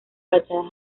fachadas